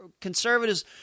conservatives